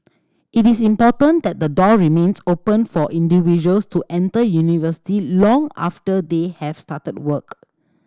it is important that the door remains open for individuals to enter university long after they have started work